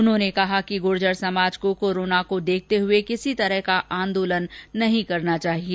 उन्होंने कहा कि गूर्जर समाज को कोरोना को देखते हुए किसी तरह का आंदोलन नहीं करना चाहिए